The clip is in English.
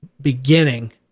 beginning